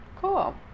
Cool